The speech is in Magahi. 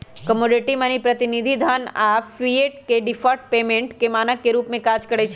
कमोडिटी मनी, प्रतिनिधि धन आऽ फिएट मनी डिफर्ड पेमेंट के मानक के रूप में काज करइ छै